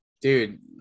Dude